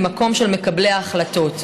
ממקום של מקבלי ההחלטות.